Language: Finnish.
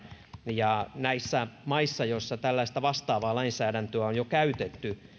ja näissä maissa joissa tällaista vastaavaa lainsäädäntöä on jo käytetty